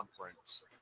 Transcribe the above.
conference